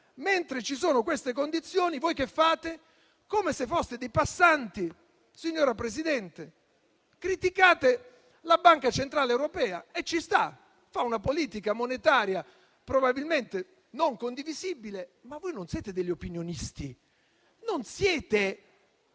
mentre ci sono queste condizioni, voi che fate? Come se foste dei passanti, signora Presidente, criticate la Banca centrale europea e ci sta, perché fa una politica monetaria probabilmente non condivisibile. Ma voi non siete degli opinionisti, non siete